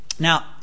Now